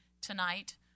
tonight